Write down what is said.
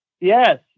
Yes